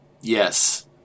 Yes